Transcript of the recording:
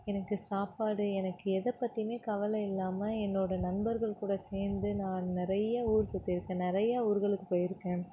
எனக்கு சாப்பாடு எனக்கு எதைப் பற்றியுமே கவலை இல்லாமல் என்னோடய நண்பர்கள் கூட சேர்ந்து நான் நிறைய ஊர் சுற்றிருக்கேன் நிறைய ஊர்களுக்குப் போயிருக்கேன்